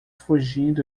fugindo